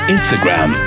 Instagram